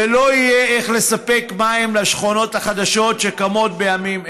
ולא יהיה איך לספק מים לשכונות החדשות שקמות בימים אלה.